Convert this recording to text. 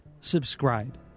subscribe